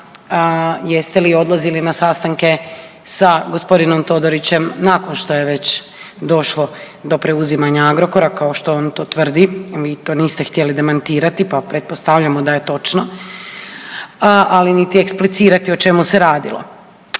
jeste li odlazili na sastanke sa gospodinom Todorićem nakon što je već došlo do preuzimanja Agrokora kao što on to tvrdi, vi to niste htjeli demantirati pa pretpostavljamo da je točno, ali niti eksplicirati o čemu se radilo.